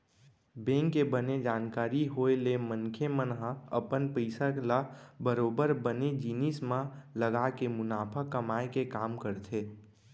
bank के बने जानकारी होय ले मनखे मन ह अपन पइसा ल बरोबर बने जिनिस म लगाके मुनाफा कमाए के काम करथे